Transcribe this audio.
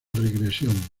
regresión